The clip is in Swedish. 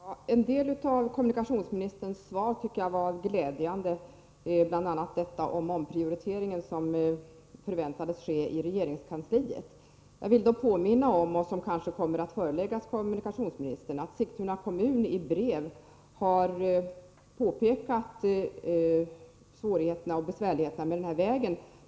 Fru talman! Jag tycker att delar av kommunikationsministerns svar var glädjande, bl.a. det som gällde den omprioritering som förväntades ske inom regeringskansliet. Jag vill påminna om en fråga som kanske kommer att föreläggas kommunikationsministern. Sigtuna kommun har i brev påpekat svårigheterna i samband med den här vägen.